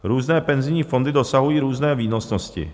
Různé penzijní fondy dosahují různé výnosnosti.